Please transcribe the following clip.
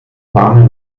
warme